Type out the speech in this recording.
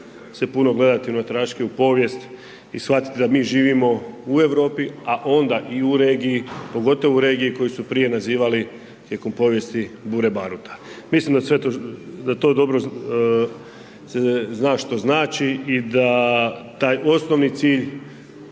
puno gledati unatraške u povijest i shvatiti da mi živimo u Europi, a onda i u regiji, pogotovo u regiji koju su prije nazivali tijekom povijesti bure baruta, mislim da dobro se zna što znači i da taj osnovi cilj